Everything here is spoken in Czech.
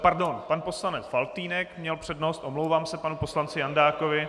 Pardon, pan poslanec Faltýnek měl přednost, omlouvám se panu poslanci Jandákovi.